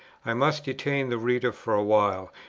i must detain the reader for a while,